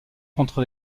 contre